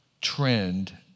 trend